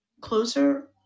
closer